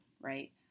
right